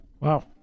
Wow